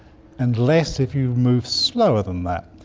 and less if you move slower than that.